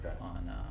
on